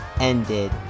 ended